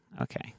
okay